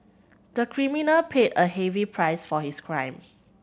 the criminal paid a heavy price for his crime